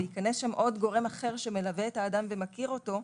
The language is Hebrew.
וייכנס שם עוד גורם אחר שמלווה את האדם ומכיר אותו.